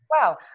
wow